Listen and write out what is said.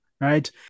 right